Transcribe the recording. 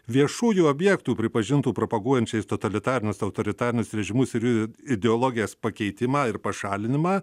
viešųjų objektų pripažintų propaguojančiais totalitarinius autoritarinius režimus ir jų ideologijas pakeitimą ir pašalinimą